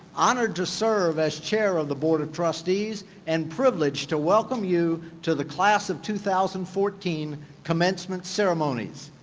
honored to serve as chair of the board of trustees and privileged to welcome you to the class of two thousand and fourteen commencement ceremonies.